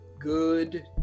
good